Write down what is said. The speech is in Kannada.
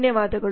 ಧನ್ಯವಾದಗಳು